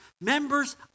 Members